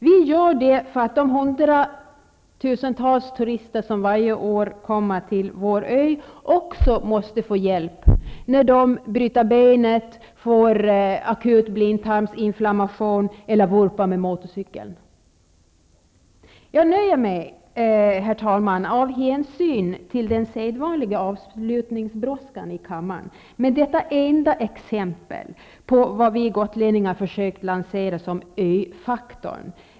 Vi gör det för att de hundratusentals turister som varje år kommer till vår ö måste få hjälp, när de bryter benen, får akut blindtarmsinflammation eller vurpar med motorcykeln. Jag nöjer mig, herr talman, av hänsyn till den sedvanliga avslutningsbrådskan i kammaren, med detta enda exempel på vad vi gotlänningar försökt lansera som ö-faktorn.